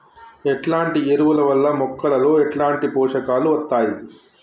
ఎట్లాంటి ఎరువుల వల్ల మొక్కలలో ఎట్లాంటి పోషకాలు వత్తయ్?